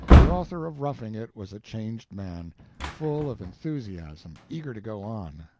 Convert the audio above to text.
the author of roughing it was a changed man full of enthusiasm, eager to go on.